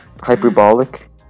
Hyperbolic